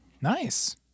Nice